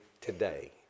today